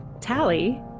Tally